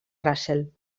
russell